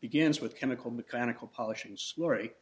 begins with chemical mechanical publishing's laurie